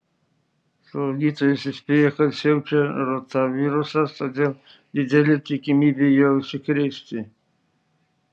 slaugytojos įspėjo kad siaučia rotavirusas todėl didelė tikimybė juo užsikrėsti